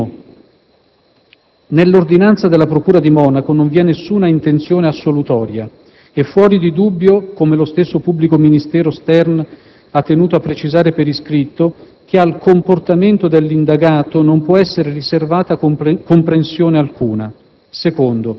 Primo: nell'ordinanza della procura di Monaco non vi è nessuna intenzione assolutoria. È fuori di dubbio - come lo stesso pubblico ministero Stern ha tenuto a precisare per iscritto - che «al comportamento dell'indagato non può essere riservata comprensione alcuna»;